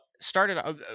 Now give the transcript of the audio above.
started